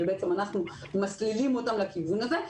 אנחנו בעצם מסלילים אותן לכיוון הזה,